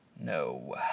no